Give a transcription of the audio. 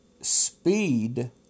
speed